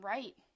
Right